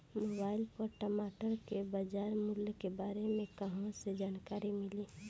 Mobile पर टमाटर के बजार मूल्य के बारे मे कहवा से जानकारी मिली?